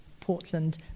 Portland